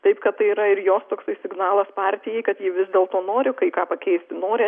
taip kad tai yra ir jos toks signalas partijai kad ji vis dėlto nori kai ką pakeisti nori